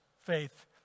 faith